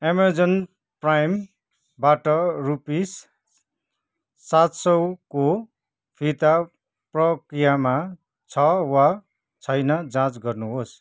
Amazon प्राइमबाट rupees सात सयको फिर्ता प्रक्रियामा छ वा छैन जाँच गर्नुहोस्